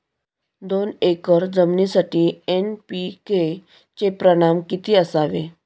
दोन एकर जमीनीसाठी एन.पी.के चे प्रमाण किती असावे?